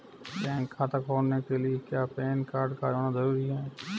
Bank खाता खोलने के लिए क्या पैन कार्ड का होना ज़रूरी है?